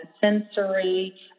sensory